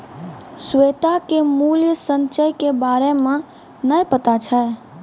श्वेता के मूल्य संचय के बारे मे नै पता छै